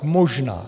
Možná.